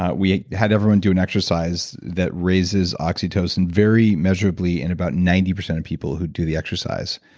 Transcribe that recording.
ah we had everyone do an exercise that raises oxytocin very measurably in about ninety percent of people who do the exercise.